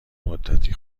مدتی